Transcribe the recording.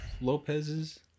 Lopez's